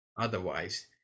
Otherwise